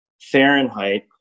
Fahrenheit